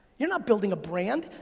you're not building a brand.